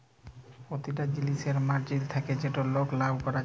পতিটা জিলিসের মার্জিল থ্যাকে যেটতে লক লাভ ক্যরে যায়